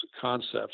concepts